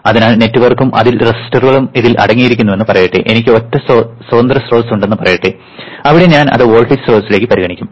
അതിനാൽ നെറ്റ്വർക്കും അതിൽ റെസിസ്റ്ററുകളും ഇതിൽ അടങ്ങിയിരിക്കുന്നുവെന്ന് പറയട്ടെ എനിക്ക് ഒറ്റ സ്വതന്ത്ര സ്രോതസ്സ് ഉണ്ടെന്ന് പറയട്ടെ അവിടെ ഞാൻ അത് വോൾട്ടേജ് സ്രോതസ്സ്ലേക്ക് പരിഗണിക്കും